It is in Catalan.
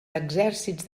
exèrcits